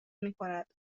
میکند